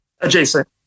adjacent